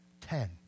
ten